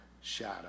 shadow